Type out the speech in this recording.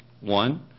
one